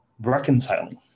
reconciling